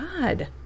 God